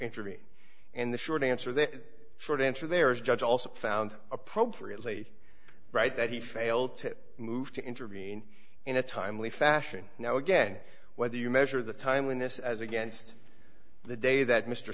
intervene and the short answer the short answer there is judge also found appropriately right that he failed to move to intervene in a timely fashion now again whether you measure the timeliness as against the day that mr